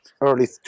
early